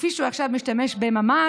כפי שהוא עכשיו משתמש בממ"ז,